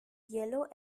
yellow